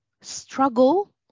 struggle